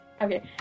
Okay